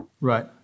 Right